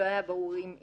שלא היה ברור אם